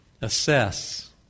Assess